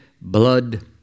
blood